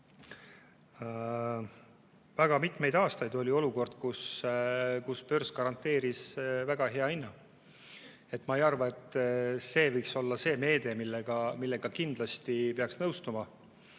Väga mitmeid aastaid oli olukord, kus börs garanteeris väga hea hinna. Ma ei arva, et see võiks olla see meede, millega kindlasti peaks nõustuma.